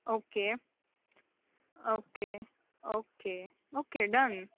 okay okay okay okay done